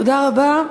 תודה רבה.